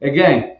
Again